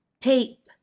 tape